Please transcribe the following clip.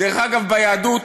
דרך אגב, ביהדות